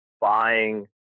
buying